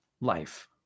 life